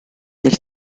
del